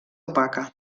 opaca